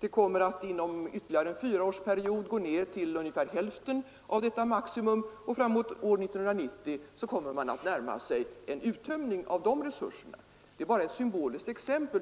Därefter kommer den uttagna oljemängden att inom en fyraårsperiod gå ned till hälften av detta maximum, och framåt år 1990 kommer man att närma sig en uttömning av dessa resurser. Detta är bara ett symboliskt exempel